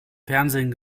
fernsehen